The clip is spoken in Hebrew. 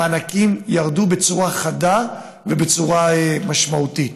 המענקים ירדו בצורה חדה ובצורה משמעותית.